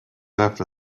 after